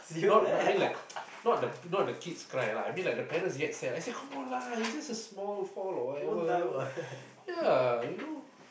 not no I mean like not the not the kids cry lah I mean like the parents get sad I say come on lah it's just a small fall or whatever ya you know